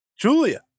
Julia